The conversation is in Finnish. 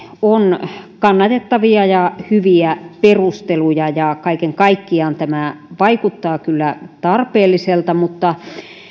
on kannatettavia ja hyviä perusteluja ja kaiken kaikkiaan tämä vaikuttaa kyllä tarpeelliselta mutta